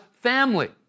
family